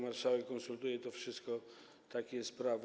Marszałek konsultuje to wszystko, takie jest prawo.